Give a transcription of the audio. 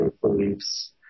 beliefs